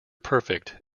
perfect